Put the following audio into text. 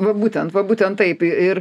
va būtent va būtent taip ir